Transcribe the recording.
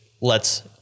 lets